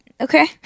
okay